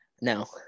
no